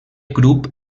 grup